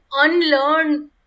unlearn